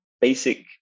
basic